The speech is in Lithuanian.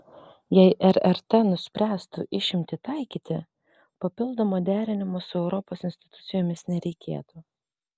jei rrt nuspręstų išimtį taikyti papildomo derinimo su europos institucijomis nereikėtų